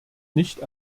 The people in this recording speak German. nicht